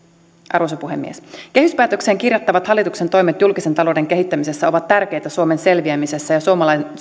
arvoisa puhemies kehyspäätökseen kirjattavat hallituksen toimet julkisen talouden kehittämisessä ovat tärkeitä suomen selviämisessä ja